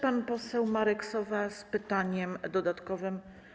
Pan poseł Marek Sowa z pytaniem dodatkowym.